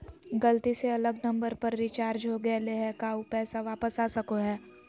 गलती से अलग नंबर पर रिचार्ज हो गेलै है का ऊ पैसा वापस आ सको है?